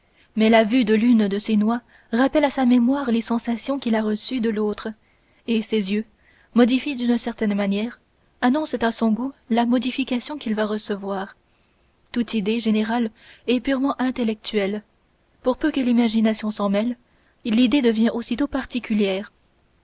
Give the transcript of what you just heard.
mais la vue de l'une de ces noix rappelle à sa mémoire les sensations qu'il a reçues de l'autre et ses yeux modifiés d'une certaine manière annoncent à son goût la modification qu'il va recevoir toute idée générale est purement intellectuelle pour peu que l'imagination s'en mêle l'idée devient aussitôt particulière